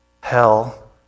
hell